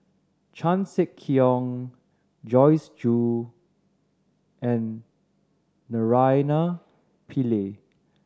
Chan Sek Keong Joyce Jue and Naraina Pillai